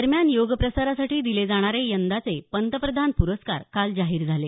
दरम्यान योग प्रसारासाठी दिले जाणारे यंदाचे पंतप्रधान पुरस्कार काल जाहीर झाले